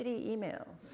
email